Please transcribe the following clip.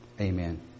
Amen